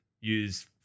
Use